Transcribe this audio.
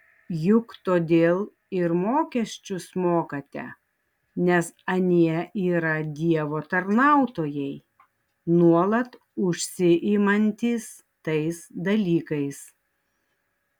juk todėl ir mokesčius mokate nes anie yra dievo tarnautojai nuolat užsiimantys tais dalykais